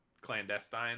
clandestine